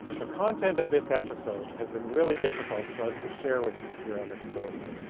the content of this episode has been really difficult for us to share with you here on exposed.